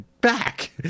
back